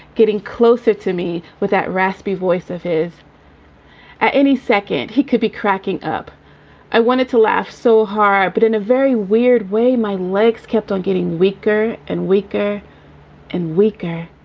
getting closer to me with that raspy voice of his at any second he could be cracking up i wanted to laugh so hard, but in a very weird way. my legs kept on getting weaker and weaker and weaker,